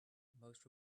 most